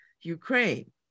Ukraine